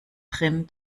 drin